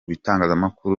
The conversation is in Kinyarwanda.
bitangazamakuru